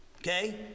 Okay